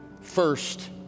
first